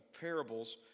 parables